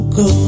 go